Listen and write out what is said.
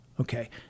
okay